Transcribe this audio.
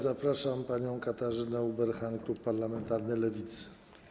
Zapraszam panią Katarzynę Ueberhan, klub parlamentarny Lewicy.